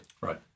right